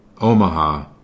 Omaha